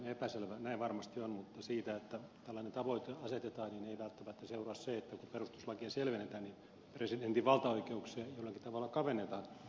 näin varmasti on mutta siitä että tällainen tavoite asetetaan ei välttämättä seuraa se että kun perustuslakia selvennetään niin presidentin valtaoikeuksia jollakin tavalla kavennetaan